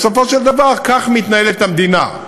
בסופו של דבר, כך מתנהלת המדינה.